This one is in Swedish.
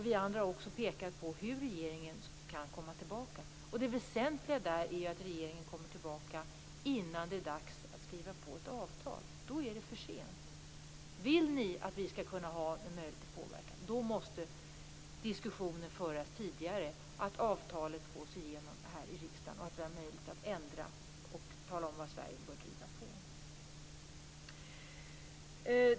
Vi andra har också pekat på hur regeringen kan komma tillbaka. Det väsentliga är att regeringen kommer tillbaka innan det är dags att skriva på ett avtal. Då är det för sent. Vill ni att vi skall ha möjlighet att påverka måste diskussioner föras innan avtalet gås igenom här i riksdagen, så att vi har möjlighet att ändra och tala om vilka frågor Sverige bör driva på i.